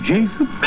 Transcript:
Jacob